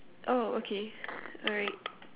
oh okay alright